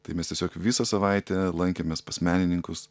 tai mes tiesiog visą savaitę lankėmės pas menininkus